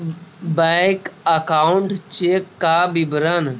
Bank account check का विवरण?